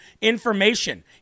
information